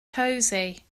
cosy